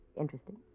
Interesting